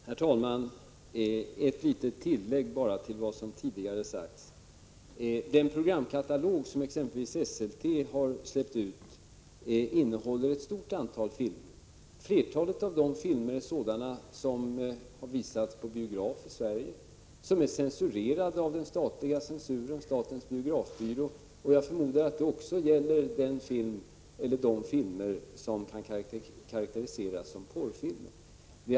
Herr talman! Ett litet tillägg till vad som tidigare har sagts: Den programkatalog som Esselte har släppt ut innehåller ett stort antal filmer. Flertalet av dem är sådana som har visats på biograf i Sverige och som är censurerade av statens biografbyrå. Jag förmodar att det också gäller de filmer som kan karakteriseras som porrfilmer.